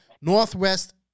Northwest